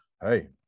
hey